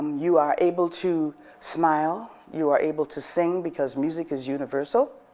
you are able to smile. you are able to sing because music is universal